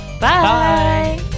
Bye